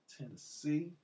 Tennessee